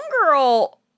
girl